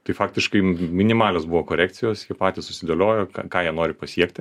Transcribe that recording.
tai faktiškai minimalios buvo korekcijos jie patys susidėliojo ką jie nori pasiekti